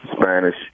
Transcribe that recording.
Spanish